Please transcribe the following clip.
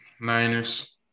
Niners